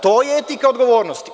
To je etika odgovornosti.